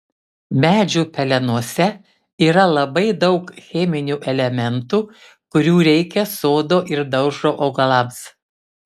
medžių pelenuose yra labai daug cheminių elementų kurių reikia sodo ir daržo augalams